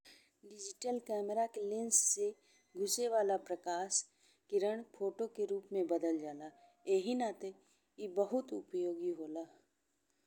Digital camera के lens से घुसे वाला प्रकाश किरण फोटो के रूप में बनल जाला इहि नाते ए बहुत उपयोगी होला।